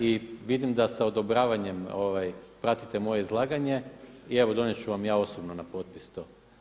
I vidim da sa odobravanjem pratite moje izlaganje i evo donijet ću vam ja osobno na potpis to.